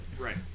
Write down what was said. Right